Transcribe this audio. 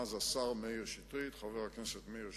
אז השר מאיר שטרית, חבר הכנסת מאיר שטרית,